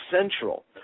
central